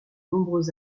nombreux